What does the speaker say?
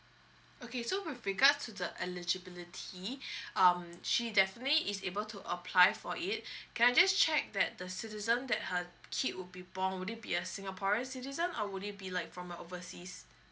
okay so with regards to the eligibility um she definitely is able to apply for it can I just check that the citizen that her kid would be born would it be a singaporean citizen or would it be like from a oversea